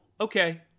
okay